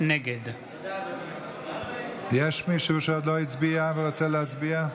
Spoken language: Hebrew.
נגד יש מישהו שעוד לא הצביע ורוצה להצביע?